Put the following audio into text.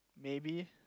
maybe